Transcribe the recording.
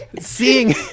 seeing